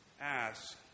Ask